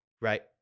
right